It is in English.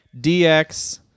DX